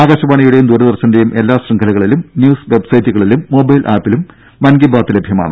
ആകാശവാണിയുടെയും ദൂരദർശന്റെയും എല്ലാ ശൃംഖലകളിലും ന്യൂസ് വെബ്സൈറ്റുകളിലും മൊബൈൽ ആപ്പിലും മൻ കി ബാത്ത് ലഭ്യമാണ്